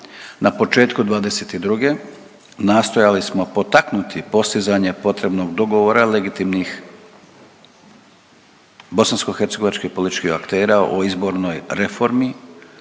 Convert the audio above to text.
Na početku '22. nastojali smo potaknuti postizanje potrebnog dogovora legitimnih bosanskohercegovačkih političkih aktera o izbornoj reformi